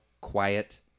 quiet